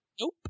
Nope